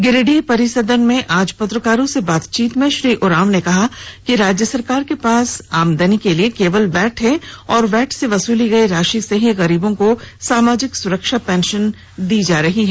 गिरिडीह परिसदन में आज पत्रकारों से बातचीत करते हुए श्री उरांव ने कहा कि राज्य सरकार के पास आमदनी के लिए केवल वैट है और वैट से वसूली गई राशि से ही गरीबों को सामाजिक सुरक्षा पेंशन दी जा रही है